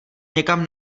někam